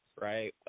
right